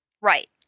Right